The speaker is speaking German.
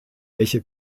welche